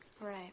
Right